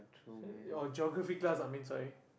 or Geography class I mean sorry